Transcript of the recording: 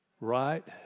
right